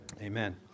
Amen